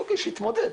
אוקיי, שיתמודד.